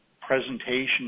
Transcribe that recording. presentation